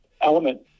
element